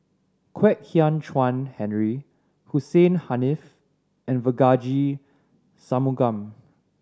Kwek Hian Chuan Henry Hussein Haniff and Devagi Sanmugam